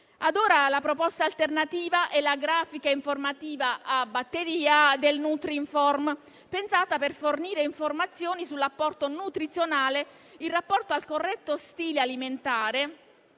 Ad ora, la proposta alternativa è la grafica informativa a batteria del nutrinform, pensata per fornire informazioni sull'apporto nutrizionale in rapporto al corretto stile alimentare,